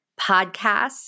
podcasts